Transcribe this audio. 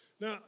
Now